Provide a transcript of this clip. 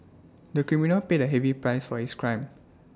the criminal paid A heavy price for his crime